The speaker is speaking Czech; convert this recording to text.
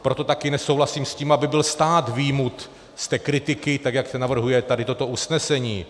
Proto také nesouhlasím s tím, aby byl stát vyjmut z té kritiky, tak jak navrhuje tady toto usnesení.